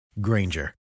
Granger